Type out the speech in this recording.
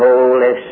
Holy